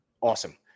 Awesome